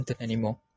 anymore